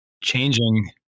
changing